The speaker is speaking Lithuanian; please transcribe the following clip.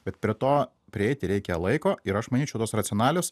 bet prie to prieiti reikia laiko ir aš manyčiau tos racionalios